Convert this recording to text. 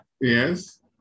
Yes